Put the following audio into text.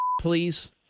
please